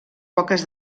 poques